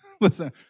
listen